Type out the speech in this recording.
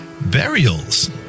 Burials